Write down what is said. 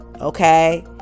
okay